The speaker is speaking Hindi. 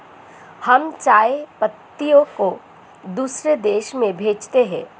हम चाय पत्ती को दूसरे देशों में भेजते हैं